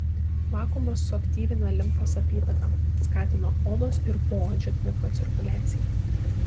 vakuumas suaktyvina limfos apytaką skatina odos ir poodžio mikrocirkuliaciją